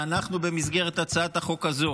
ואנחנו, במסגרת הצעת החוק הזו,